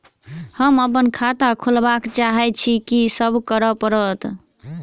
हम अप्पन खाता खोलब चाहै छी की सब करऽ पड़त?